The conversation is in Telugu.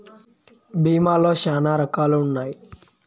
భీమా లో శ్యానా రకాలు ఉన్నాయి